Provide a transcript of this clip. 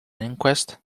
inquest